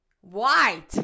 White